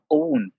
own